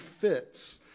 fits